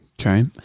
Okay